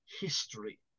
history